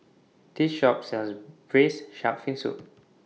This Shop sells Braised Shark Fin Soup